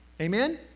Amen